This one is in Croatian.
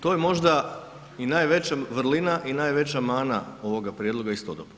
To je možda i najveća vrlina i najveća mana ovoga prijedloga istodobno.